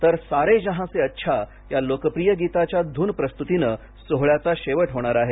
तर सारे जहां से अच्छा या लोकप्रिय गीताच्या धून प्रस्तुतीनं सोहळ्याचा शेवट होणार आहे